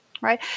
right